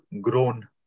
grown